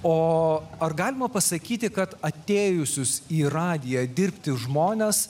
o ar galima pasakyti kad atėjusius į radiją dirbti žmones